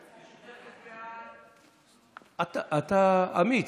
אתה אמיץ.